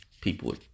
people